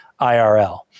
IRL